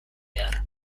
behar